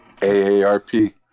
AARP